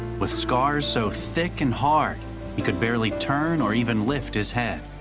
with scars so thick and hard he could barely turn or even lift his head.